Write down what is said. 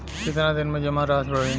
कितना दिन में जमा राशि बढ़ी?